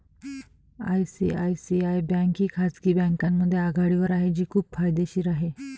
ICICI bank ही खाजगी बँकांमध्ये आघाडीवर आहे जी खूप फायदेशीर आहे